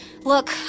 Look